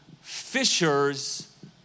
fishers